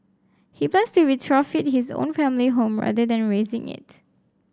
he plans to retrofit his own family home rather than razing it